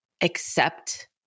accept